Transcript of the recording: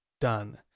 done